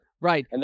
Right